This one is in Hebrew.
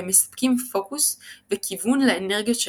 והם מספקים פוקוס וכיוון לאנרגיות של